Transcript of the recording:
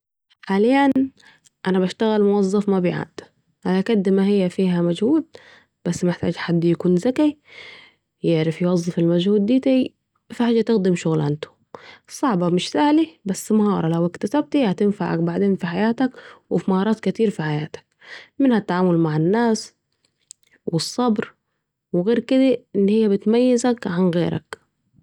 حالياً أنا بشتغل مظيف مبيعات ،على كد ما هي فيها مجهود بس محتاجه حد يكون ذكي يعرف يوظف المجهود ديتي في حاجه تخدمه شغلانه صعبه مش ساهله بس مهاره لو اكتسبتها هتنفعك بعدين في حياتك و في مهارات كتير في حياتك.. منها التعامل مع الناس الصبر وغير كده ان هي بتميزك عن غيرك